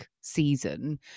season